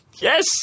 Yes